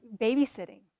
Babysitting